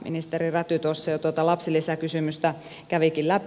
ministeri räty tuossa jo tuota lapsilisäkysymystä kävikin läpi